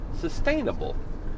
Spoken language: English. sustainable